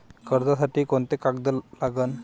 कर्जसाठी कोंते कागद लागन?